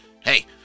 Hey